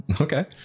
okay